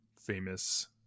famous